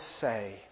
say